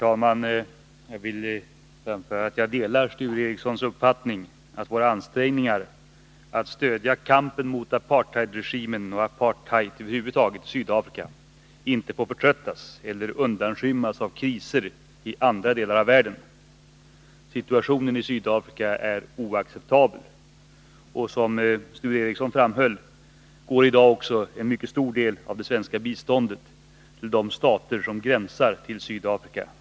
Herr talman! Jag delar Sture Ericsons uppfattning att våra ansträngningar att stödja kampen mot apartheidpolitiken i Sydafrika inte får förtröttas eller undanskymmas av kriser i andra delar av världen. Situationen i Sydafrika är oacceptabel. Som Sture Ericson framhöll går i dag också en mycket stor del av det svenska biståndet till de stater som gränsar till Sydafrika.